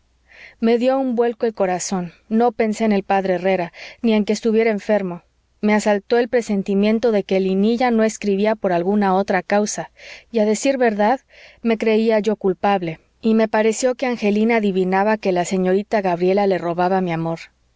me dió un vuelco el corazón no pensé en el p herrera ni en que estuviera enfermo me asaltó el presentimiento de que linilla no escribía por alguna otra causa y a decir verdad me creía yo culpable y me pareció que angelina adivinaba que la señorita gabriela le robaba mi amor